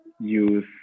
use